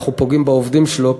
אנחנו פוגעים בעובדים שלו,